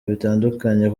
bitandukanye